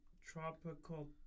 Tropical